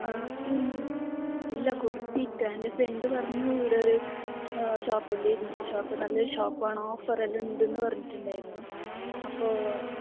ആ ഇല്ല കൊടുത്തിറ്റാല എൻ്റെ ഫ്രണ്ട് പറഞ്ഞു ഇവിടെ ഒരു ഷോപ്പുണ്ട് ഇസി ഷോപ്പ് നല്ല ഒരു ഷോപ്പാണ് ഓഫറെല്ലാം ഉണ്ടെന്ന് പറഞ്ഞിട്ടുണ്ടായിരുന്നു അപ്പോൾ